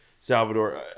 Salvador